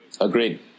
Agreed